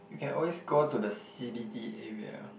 you can always go to the c_b_d area